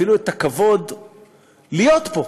אפילו את הכבוד להיות פה,